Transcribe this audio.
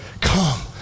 come